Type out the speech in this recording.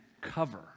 cover